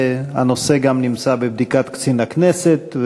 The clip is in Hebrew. הנושא נמצא גם בבדיקת קצין הכנסת,